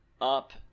up